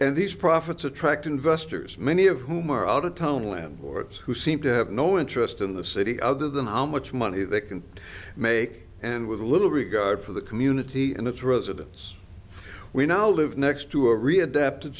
and these profits attract investors many of whom are out of town landlords who seem to have no interest in the city other than how much money they can make and with little regard for the community and its residents we now live next to a re adapted